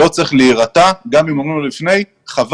לא צריך להירתע גם אם אומרים לו לפני שחבל,